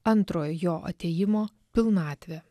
antro jo atėjimo pilnatvę